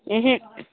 उहूँ